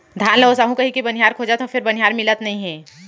धान ल ओसाहू कहिके बनिहार खोजत हँव फेर बनिहार मिलत नइ हे